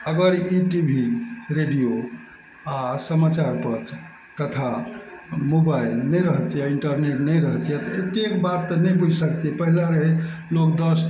अगर ई T V radio आओर समाचारपत्र तथा मोबाइल नहि रहतय आओर इंटरनेट नहि रहतय तऽ एतेक बात तऽ नहि बुझि सकतय पहिले रहय लोक दस